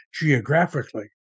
geographically